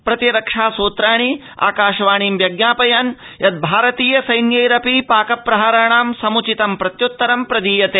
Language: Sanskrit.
प्रतिरक्षा सूत्राणि आकाशवाणी व्यज्ञाययन् यद् भारतीय सैन्यैरपि पाक प्रहाराणा समुचितं प्रत्युत्तरं प्रदीयते